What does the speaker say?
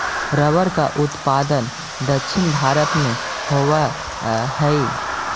rubber का उत्पादन दक्षिण भारत में होवअ हई